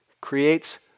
creates